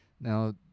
now